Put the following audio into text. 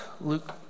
Luke